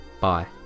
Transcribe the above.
Bye